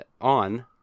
on